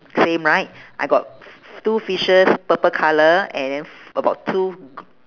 same right I got f~ f~ two fishes purple colour and f~ about two gr~